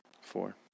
four